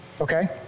okay